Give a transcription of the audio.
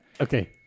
Okay